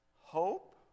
hope